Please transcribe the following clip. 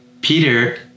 Peter